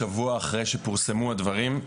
שבוע אחרי שפורסמו הדברים,